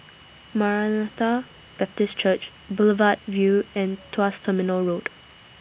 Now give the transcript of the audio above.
Maranatha Baptist Church Boulevard Vue and Tuas Terminal Road